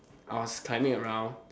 I was climbing around